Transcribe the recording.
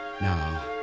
Now